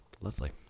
lovely